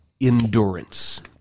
endurance